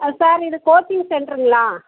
ஆ sir இது coaching சென்ட்ருங்களா